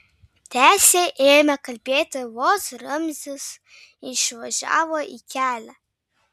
tęsė ėmė kalbėti vos ramzis išvažiavo į kelią